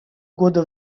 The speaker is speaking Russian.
года